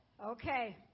Okay